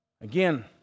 Again